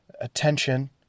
attention